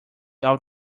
out